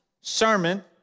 sermon